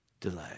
delay